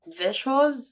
visuals